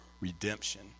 redemption